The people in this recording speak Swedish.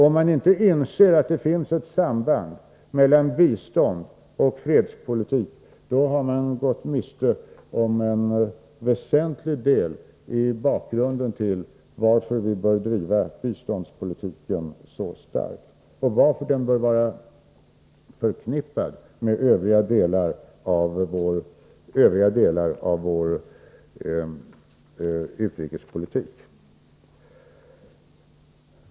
Om man inte inser att det finns ett samband mellan biståndsoch fredspolitik, då har man gått miste om en väsentlig del av bakgrunden till att vi bör driva biståndspolitiken så starkt och varför den bör vara förknippad med övriga delar av vår utrikespolitik.